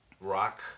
rock